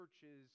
churches